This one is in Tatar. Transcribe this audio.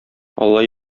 алла